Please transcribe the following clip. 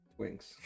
Twinks